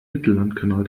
mittellandkanal